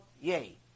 yay